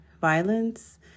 violence